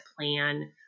plan